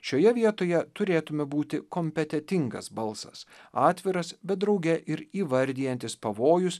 šioje vietoje turėtume būti kompetetingas balsas atviras bet drauge ir įvardijantis pavojus